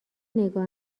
نگاه